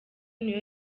niyo